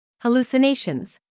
hallucinations